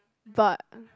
but